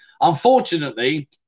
Unfortunately